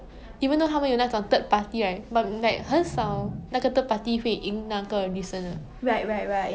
mm